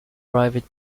private